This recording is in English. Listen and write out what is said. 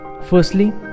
Firstly